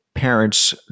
parents